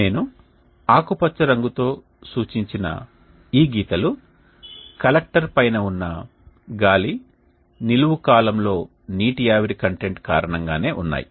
నేను ఆకుపచ్చ రంగుతో సూచించిన ఈ గీతలు కలెక్టర్ పైన ఉన్న గాలి నిలువు కాలమ్లో నీటి ఆవిరి కంటెంట్ కారణంగానే ఉన్నాయి